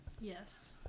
Yes